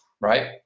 right